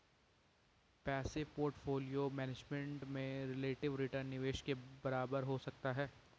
passive portfolio management में relative return निवेश के बराबर हो सकता है